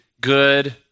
good